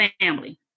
family